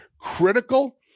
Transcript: critical